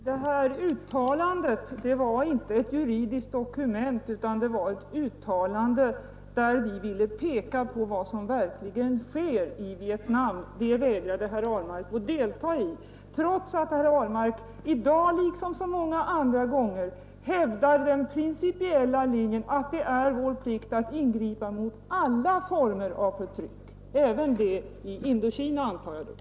Herr talman! Det var inte fråga om ett juridiskt dokument utan om ett uttalande, där vi ville peka på vad som verkligen sker i Vietnam. I detta uttalande vägrade herr Ahlmark att delta, trots att herr Ahlmark i dag liksom så många gånger tidigare hävdar den principiella linjen att det är vår plikt att ingripa mot alla former av förtryck — som jag antar då även i Indokina.